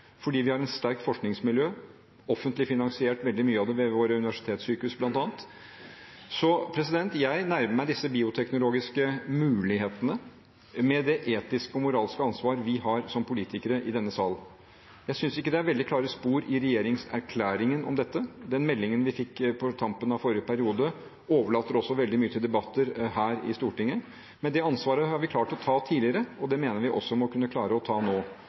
fordi vi har et sterkt forskningsmiljø, veldig mye av det offentlig finansiert ved våre universitetssykehus, bl.a. Jeg nærmer meg disse bioteknologiske mulighetene med det etiske og moralske ansvaret vi har som politikere i denne salen. Jeg synes ikke det er veldig klare spor i regjeringserklæringen av dette. Den meldingen som vi fikk på tampen av forrige periode, overlater også veldig mye til debatter her i Stortinget. Men det ansvaret har vi klart å ta tidligere, og det mener jeg vi også må kunne klare å ta nå.